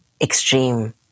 extreme